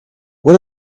what